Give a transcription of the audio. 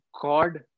God